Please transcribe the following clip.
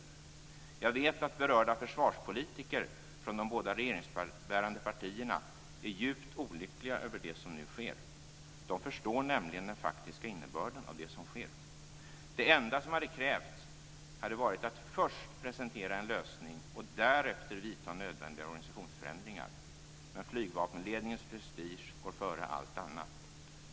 Jag vet att berörda försvarspolitiker från de båda regeringsbärande partierna är djupt olyckliga över det som nu sker. De förstår nämligen också den faktiska innebörden av det som sker. Det enda som hade krävts var att först presentera en lösning och därefter vidta nödvändiga organisationsförändringar. Men flygvapenledningens prestige går före allt annat.